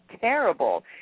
terrible